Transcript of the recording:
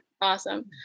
Awesome